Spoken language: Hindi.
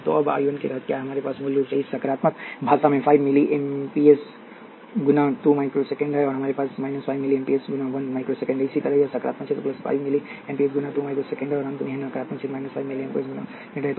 तो अब I 1 के तहत क्या है हमारे पास मूल रूप से इस सकारात्मक भाग में 5 मिली एएमपीएस गुणा 2 माइक्रो सेकेंड है और यहां हमारे पास 5 मिली एएमपीएस गुना 1 माइक्रो सेकेंड है इसी तरह यह सकारात्मक क्षेत्र 5 मिली एएमपीएस गुणा 2 माइक्रो है सेकंड और अंत में यह नकारात्मक क्षेत्र 5 मिली एएमपीएस गुणा 1 माइक्रो सेकेंड है